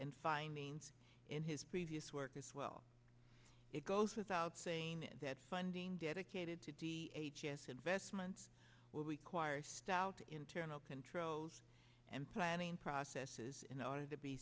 and findings in his previous work as well it goes without saying that funding dedicated to d h s investments will require stout internal controls and planning processes in order to be